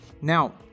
Now